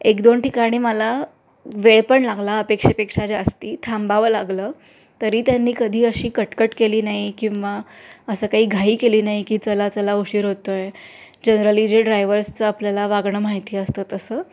एक दोन ठिकाणी मला वेळ पण लागला अपेक्षेपेक्षा जास्त थांबावं लागलं तरी त्यांनी कधी अशी कटकट केली नाही किंवा असं काही घाई केली नाही की चला चला उशीर होतो आहे जनरली जे ड्रायवर्सचं आपल्याला वागणं माहिती असतं तसं